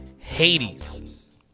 Hades